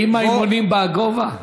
עם האימונים בא הגובה?